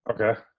Okay